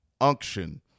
unction